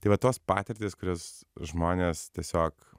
tai tos patirtys kurios žmonės tiesiog